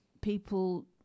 people